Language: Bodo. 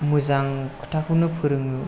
मोजां खोथाखौनो फोरोङो